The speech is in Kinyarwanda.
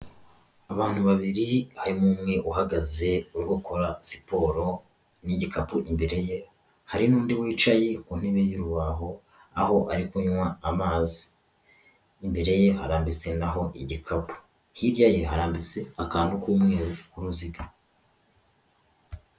Abantu babiri harimo umwe uhagaze uri gukora siporo n'igikapu imbere ye, hari n'undi wicaye ku ntebe y'urubaho, aho ari kunywa amazi, n'imbere ye harambitse naho igikapu, hirya ye harambitse akantu k'umweru k'uruziga.